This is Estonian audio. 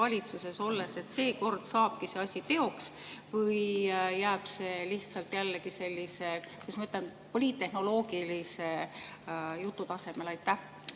valitsuses olles, et seekord saabki see asi teoks. Või jääb see lihtsalt jällegi sellise poliittehnoloogilise jutu tasemele?